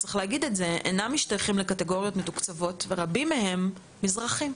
אינם משתייכים לקטגוריות מתוקצבות ורבים מהם מזרחים,